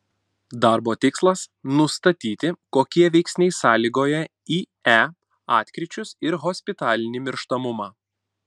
darbo tikslas nustatyti kokie veiksniai sąlygoja ie atkryčius ir hospitalinį mirštamumą